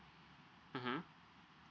mmhmm